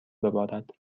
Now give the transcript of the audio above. ببارد